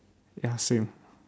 ya same